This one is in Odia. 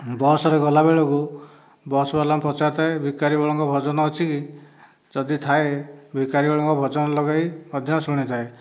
ବସରେ ଗଲାବେଳକୁ ବସବଲାଙ୍କୁ ପଚାରିଥାଏ ଭିକାରି ବଳଙ୍କ ଭଜନ ଅଛି କି ଯଦି ଥାଏ ଭିକାରି ବଳଙ୍କ ଭଜନ ଲଗାଇ ମଧ୍ୟ ଶୁଣିଥାଏ